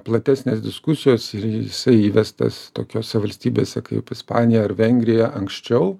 platesnės diskusijos ir jisai įvestas tokiose valstybėse kaip ispanija ar vengrija anksčiau